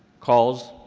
calls.